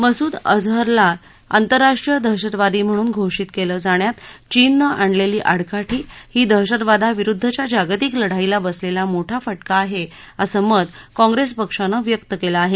मसूद अजहरला आंतरराष्ट्रीय दहशतवादी म्हणून घोषित केलं जाण्यात चीननं आणलेली आडकाठी ही दहशतवादा विरुद्धच्या जागतिक लढाईला बसलेला मोठा फाक्रा आहे असं मत काँग्रेस पक्षानं व्यक्त केलं आहे